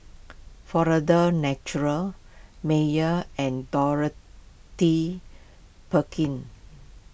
Florida's Natural Mayer and Dorothy Perkins